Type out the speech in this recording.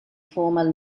former